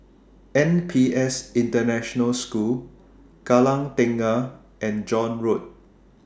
NPS International School Kallang Tengah and John Road